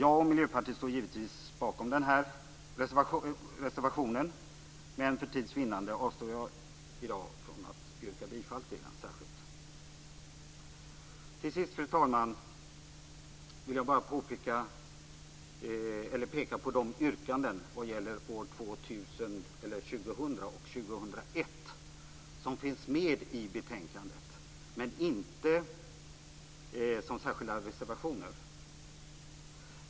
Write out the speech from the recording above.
Jag och Miljöpartiet står givetvis bakom den här reservationen, men för tids vinnande avstår jag i dag från att särskilt yrka bifall till den. Till sist, fru talman, vill jag bara peka på de yrkanden vad gäller år 2000 och 2001 som finns med i betänkandet, men inte som särskilda reservationer.